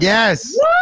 Yes